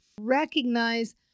Recognize